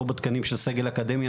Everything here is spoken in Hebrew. או בתקנים של סגל אקדמי,